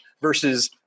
versus